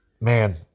Man